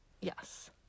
Yes